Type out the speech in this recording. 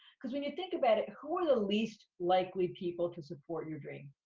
cause when you think about it, who are the least likely people to support your dream?